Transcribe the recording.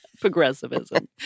Progressivism